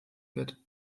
wird